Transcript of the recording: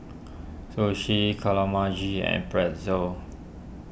Sushi and Pretzel